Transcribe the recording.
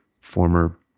former